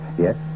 Yes